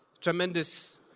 tremendous